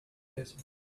desert